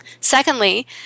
Secondly